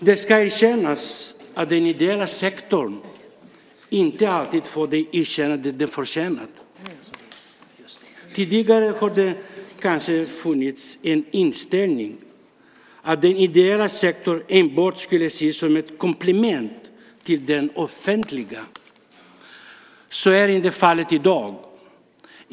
Det ska erkännas att den ideella sektorn inte alltid fått det erkännande den förtjänat. Tidigare har det kanske funnits en inställning att den ideella sektorn enbart skulle ses som ett komplement till det offentliga. Så är inte fallet i dag.